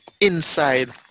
inside